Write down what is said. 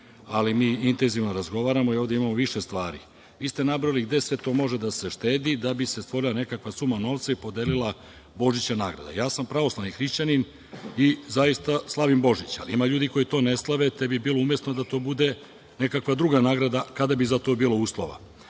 ali mi intezivno razgovaramo i ovde imamo više stvari. Vi ste nabrojali gde sve to može da se štedi da bi se stvorila neka suma novca i podelila božićna nagrada. Ja sam pravoslavni hrišćanin i zaista slavim Božić, ali ima ljudi koji to ne slave, te bi bilo umesno da to bude nekakva druga nagrada, kada bi za to bilo uslova.